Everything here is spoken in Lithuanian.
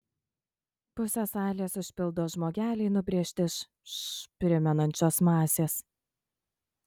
pusę salės užpildo žmogeliai nubrėžti iš š primenančios masės